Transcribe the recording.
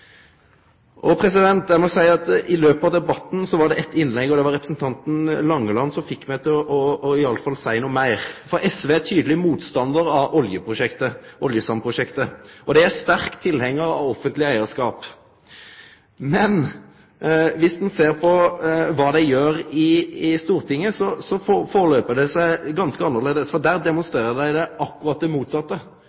Eg må seie at i løpet av debatten var det eit innlegg, frå representanten Langeland, som fekk meg til å seie noko meir. SV er tydeleg motstandar av oljesandprosjektet og sterk tilhengjar av offentleg eigarskap. Men dersom ein ser på kva SV gjer i Stortinget, går det ganske annleis, for der demonstrerer dei akkurat det